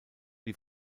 die